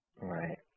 Right